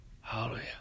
Hallelujah